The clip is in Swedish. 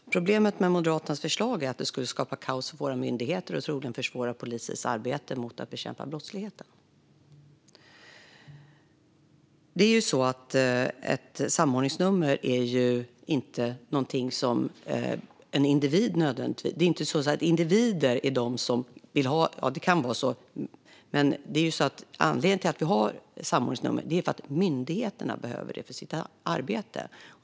Herr talman! Problemet med Moderaternas förslag är att det skulle skapa kaos på våra myndigheter och troligen försvåra polisens arbete med att bekämpa brottsligheten. Ett samordningsnummer är inte nödvändigtvis någonting som en individ vill ha. Det kan vara så, men anledningen till att vi har samordningsnummer är att myndigheterna behöver det för sitt arbete.